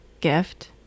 gift